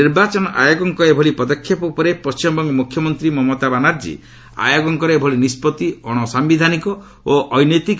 ନିର୍ବାଚନ ଆୟୋଗଙ୍କ ଏଭଳି ପଦକ୍ଷେପ ଉପରେ ପଣ୍ଢିମବଙ୍ଗ ମୁଖ୍ୟମନ୍ତ୍ରୀ ମମତା ବାନାର୍ଜୀ କହିଛନ୍ତି ଆୟୋଗଙ୍କର ଏଭଳି ନିଷ୍ପଭି ଅଣସାୟିଧାନିକ ଓ ଅନୈତିକ